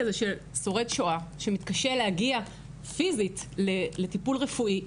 ששורד שואה מתקשה להגיע פיזית לטיפול רפואי,